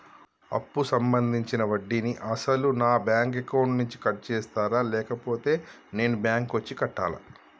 అప్పు సంబంధించిన వడ్డీని అసలు నా బ్యాంక్ అకౌంట్ నుంచి కట్ చేస్తారా లేకపోతే నేను బ్యాంకు వచ్చి కట్టాలా?